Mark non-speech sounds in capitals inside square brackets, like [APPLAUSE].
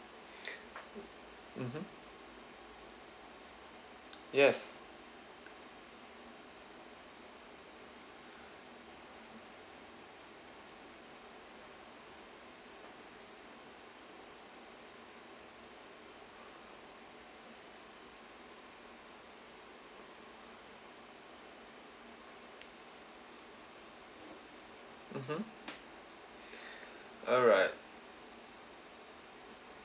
[BREATH] mm mmhmm yes mmhmm [BREATH] alright